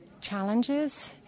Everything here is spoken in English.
challenges